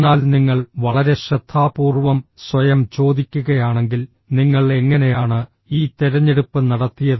എന്നാൽ നിങ്ങൾ വളരെ ശ്രദ്ധാപൂർവ്വം സ്വയം ചോദിക്കുകയാണെങ്കിൽ നിങ്ങൾ എങ്ങനെയാണ് ഈ തിരഞ്ഞെടുപ്പ് നടത്തിയത്